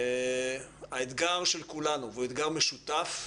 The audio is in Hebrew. האתגר של כולנו, והוא אתגר משותף,